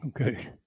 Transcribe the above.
Okay